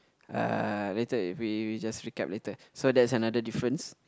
uh later if we just recap later so that's another difference